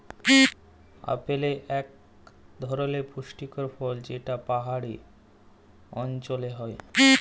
apple ইক ধরলের পুষ্টিকর ফল যেট পাহাড়ি অল্চলে হ্যয়